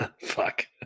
Fuck